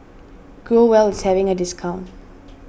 Growell is having a discount